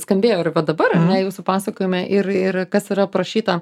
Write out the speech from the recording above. skambėjo ir va dabar ar ne jūsų pasakojime ir ir kas yra aprašyta